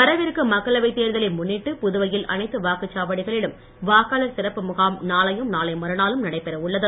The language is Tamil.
வரவிருக்கும் மக்களவைத் தேர்தலை முன்னிட்டு புதுவையில் அனைத்து வாக்குச்சாவடிகளிலும் வாக்காளர் சிறப்பு முகாம் நாளையும் நாளை மறுநாளும் நடைபெற உள்ளது